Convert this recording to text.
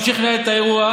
המשיך לנהל את האירוע,